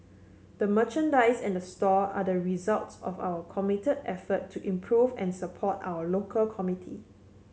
the merchandise and the store are the results of our commit effort to improve and support our local community